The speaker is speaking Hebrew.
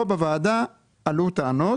פה בוועדה עלו טענות,